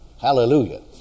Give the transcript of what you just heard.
Hallelujah